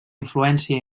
influència